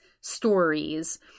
stories